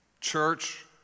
church